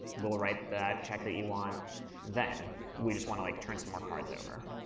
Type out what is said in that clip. we'll write that check that you want then. we just wanna like turn some more cards over.